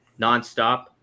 nonstop